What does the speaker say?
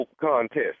contest